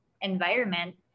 environment